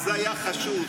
זה היה חשוד,